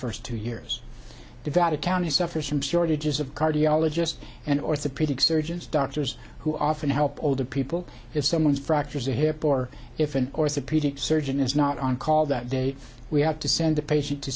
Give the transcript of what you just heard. first two years devoted county suffers from shortages of cardiologist and orthopedic surgeons doctors who often help older people if someone fractures a hip or if an orthopedic surgeon is not on call that day we have to send a patient to